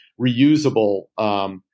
reusable